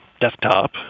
desktop